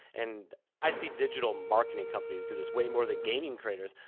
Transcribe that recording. and i see digital marketing companies do this way more than gaming creators,